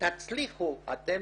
תצליחו אתם